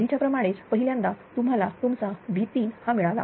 आधीच्या प्रमाणेच पहिल्यांदा तुम्हाला तुमचा V3 हा मिळाला